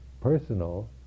personal